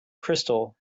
crystal